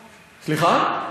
סליחה?